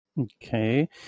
okay